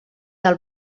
del